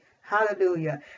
Hallelujah